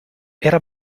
era